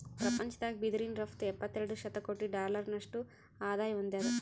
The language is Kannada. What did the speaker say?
ಪ್ರಪಂಚದಾಗ್ ಬಿದಿರಿನ್ ರಫ್ತು ಎಪ್ಪತ್ತೆರಡು ಶತಕೋಟಿ ಡಾಲರ್ನಷ್ಟು ಆದಾಯ್ ಹೊಂದ್ಯಾದ್